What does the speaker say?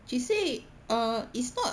she said err it's not